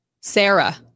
Sarah